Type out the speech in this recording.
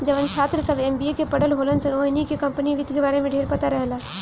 जवन छात्र सभ एम.बी.ए के पढ़ल होलन सन ओहनी के कम्पनी वित्त के बारे में ढेरपता रहेला